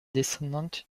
descendante